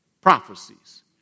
prophecies